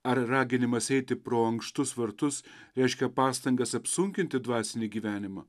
ar raginimas eiti pro ankštus vartus reiškia pastangas apsunkinti dvasinį gyvenimą